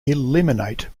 eliminate